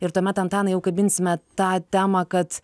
ir tuomet antanai jau kabinsime tą temą kad